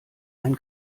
ein